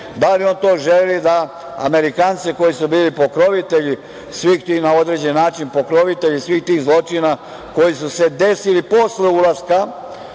da li on to želi da Amerikance koji su bili pokrovitelji svih tih na određen način, pokrovitelji svih tih zločina koji su se desili posle ulaska